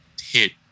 hit